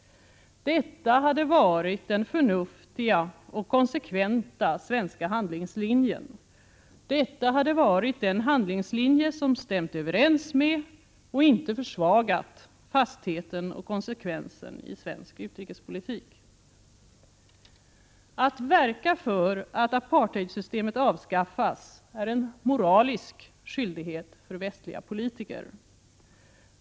Detta hade varit den förnuftiga och konsekventa svenska handlingslinjen. Detta hade varit den handlingslinje som stämt överens med och inte försvagat fastheten och konsekvensen i svensk utrikespolitik. Att verka för att apartheidsystemet avskaffas är en moralisk skyldighet för västliga politiker.